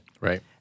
Right